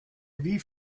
wie